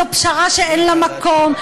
זו פשרה שאין לה מקום.